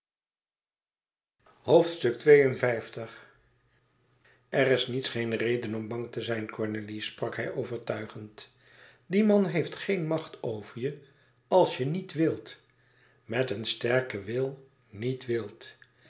er is niets geen reden om bang te zijn cornélie sprak hij overtuigend die man heeft geen macht over je als je niet wilt met een sterke wil niet wilt